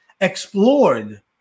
explored